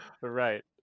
right